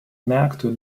märkte